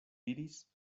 diris